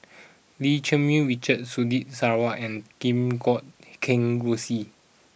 Lim Cherng Yih Richard Surtini Sarwan and Kim Guat Kheng Rosie